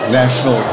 national